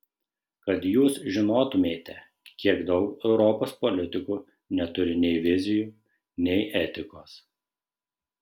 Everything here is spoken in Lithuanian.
kad jūs žinotumėte kiek daug europos politikų neturi nei vizijų nei etikos